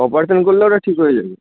operation করলে ওটা ঠিক হয়ে যাবে